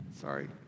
Sorry